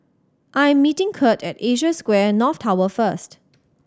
I am meeting Kirt at Asia Square North Tower first